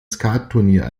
skattunier